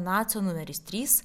nacio numeris trys